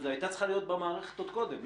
זה הייתה צריכה להיות במערכת עוד קודם.